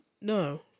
no